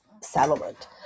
settlement